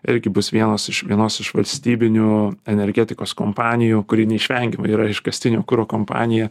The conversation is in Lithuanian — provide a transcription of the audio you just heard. irgi bus vienas iš vienos iš valstybinių energetikos kompanijų kuri neišvengiamai yra iškastinio kuro kompanija